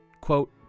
quote